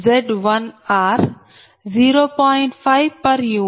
5 p